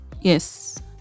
yes